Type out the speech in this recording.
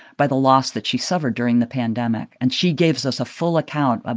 by the loss that she suffered during the pandemic. and she gives us a full account, ah